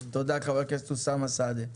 תודה, חבר הכנסת אוסאמה סעדי.